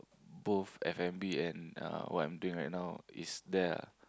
both f-and-b and uh what I'm doing right now is thare ah